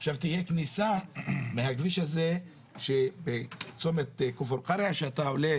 אלא תהיה כניסה מהכביש הזה בצומת כפר קרע כשעולים